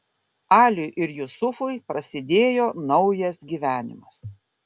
aliui ir jusufui prasidėjo naujas gyvenimas